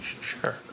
Sure